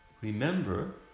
Remember